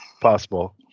Possible